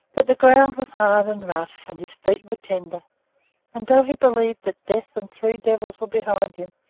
but the ground was hard and rough, and his feet were tender and though he believed that death and three devils were behind him,